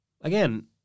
Again